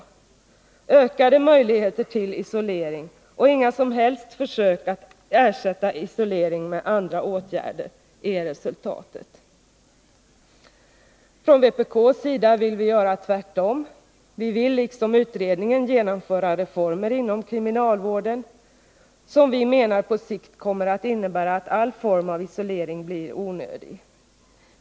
Ökade möjligheter till isolering och inga som helst försök att ersätta isolering med andra åtgärder är resultatet. Från vpk:s sida vill vi göra tvärtom. Vi vill, liksom utredningen, genomföra reformer inom kriminalvården som vi menar på sikt kommer att innebära att all form av isolering blir onödig.